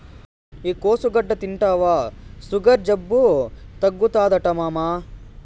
ఈ కోసుగడ్డ తింటివా సుగర్ జబ్బు తగ్గుతాదట మామా